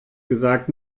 gesagt